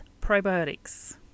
probiotics